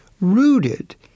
rooted